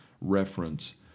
reference